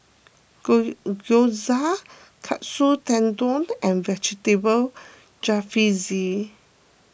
Gyoza Katsu Tendon and Vegetable Jalfrezi